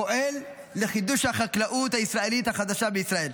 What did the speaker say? פועל לחידוש החקלאות הישראלית החדשה בישראל.